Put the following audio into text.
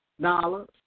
dollars